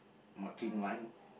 marking line